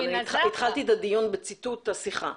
אבל התחלתי את הידון בציטוט השיחה.